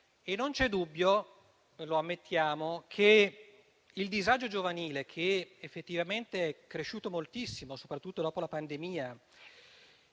Non c'è dubbio, lo ammettiamo, che il disagio giovanile, che effettivamente è cresciuto moltissimo, soprattutto dopo la pandemia,